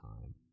Time